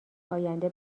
آینده